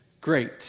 great